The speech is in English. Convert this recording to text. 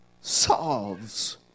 solves